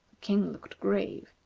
king looked grave.